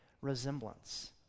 resemblance